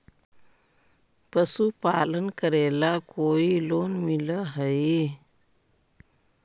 पशुपालन करेला कोई लोन मिल हइ?